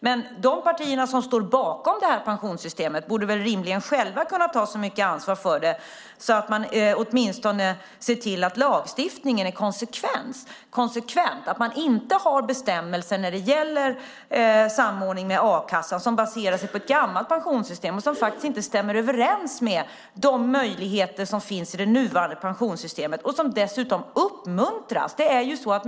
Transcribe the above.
Men de partier som står bakom det borde väl själva kunna ta så mycket ansvar för det att de åtminstone ser till att lagstiftningen är konsekvent, så att man inte har bestämmelser om samordningen med a-kassan som baseras på ett gammalt pensionssystem och inte stämmer överens med de möjligheter som finns i det nuvarande pensionssystemet, vilka man dessutom uppmuntras att utnyttja.